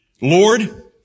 Lord